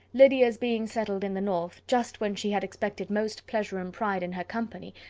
lydia's being settled in the north, just when she had expected most pleasure and pride in her company,